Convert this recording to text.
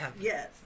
Yes